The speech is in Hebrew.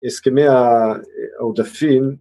הסכמי העודפים